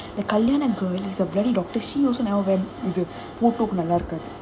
the kaliana girl is a bloody doctor she also never wear the நல்லாருக்கும்:nallaairukkum